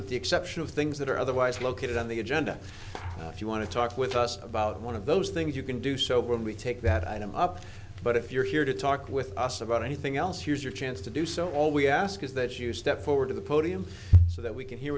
with the exception of things that are otherwise located on the agenda if you want to talk with us one of those things you can do so when we take that item up but if you're here to talk with us about anything else here's your chance to do so all we ask is that you step forward to the podium so that we can hear